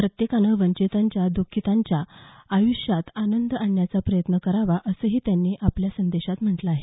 प्रत्येकाने वंचितांच्या दुःखितांच्या आयुष्यात आनंद आणण्याचा प्रयत्न करावा असंही त्यांनी आपल्या संदेशात म्हटलं आहे